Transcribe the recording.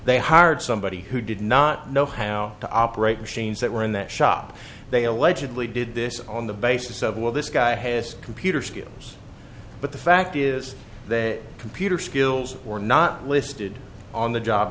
they hired somebody who did not know how to operate machines that were in that shop they allegedly did this on the basis of well this guy has computer skills but the fact is that computer skills were not listed on the job